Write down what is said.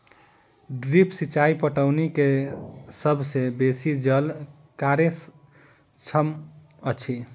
drip सिचाई पटौनी के सभ सॅ बेसी जल कार्यक्षम अछि